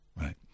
right